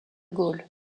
gaulle